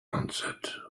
answered